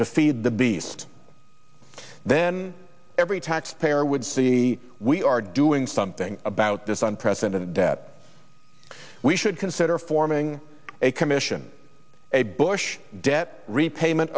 to feed the beast then every taxpayer would see we are doing something about this on present and debt we should consider forming a commission a bush debt repayment